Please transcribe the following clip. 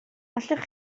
allwch